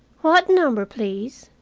what number, please?